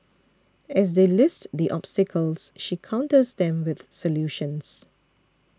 as they list the obstacles she counters them with solutions